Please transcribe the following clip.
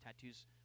Tattoos